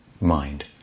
mind